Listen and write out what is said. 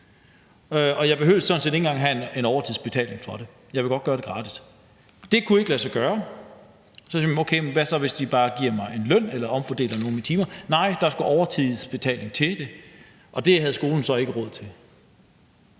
og jeg behøver sådan set ikke få overtidsbetaling for det – jeg vil godt gøre det gratis. Det kunne ikke lade sig gøre. Så sagde jeg: Okay, hvad så, hvis jeg bare får en løn, eller hvis jeg får omfordelt nogle af mine timer? Svaret var, at nej, der skulle overtidsbetaling til, og det havde skolen så ikke råd til.